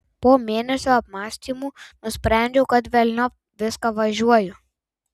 po mėnesio apmąstymų nusprendžiau kad velniop viską važiuoju